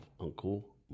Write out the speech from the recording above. Uncle